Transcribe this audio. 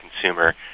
consumer